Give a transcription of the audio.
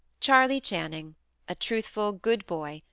charley channing a truthful, good boy,